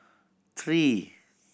three